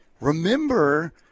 remember